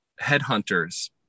headhunters